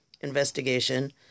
investigation